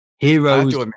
Heroes